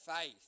faith